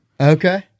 okay